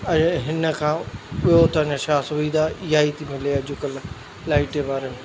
ऐं हिन खां ॿियो त अञा छा सुविधा इहा ई थी मिले अॼुकल्ह लाइट जे बारे में